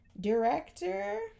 Director